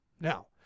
Now